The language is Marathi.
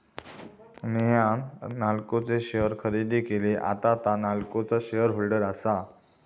नेहान नाल्को चे शेअर खरेदी केले, आता तां नाल्कोचा शेअर होल्डर आसा